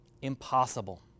impossible